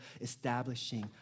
establishing